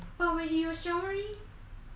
but when you showering